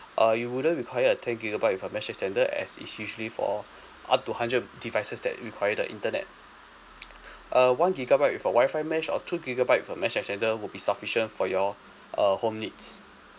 uh you wouldn't require a ten gigabyte with a mesh extender as it's usually for up to hundred devices that require the internet a one gigabyte with a wi-fi mesh or two gigabyte with a mesh extender would be sufficient for your err home needs